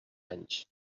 anys